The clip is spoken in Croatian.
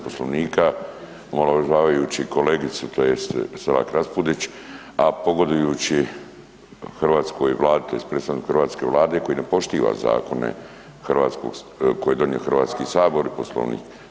Poslovnika omalovažavajući kolegicu tj. Selak Raspudić, a pogodujući hrvatskoj Vladi tj. predstavniku hrvatske Vlade koji ne poštiva zakone koje je donio HS i poslovnik.